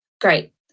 Great